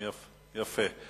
יפה.